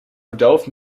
verdoofd